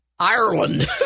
Ireland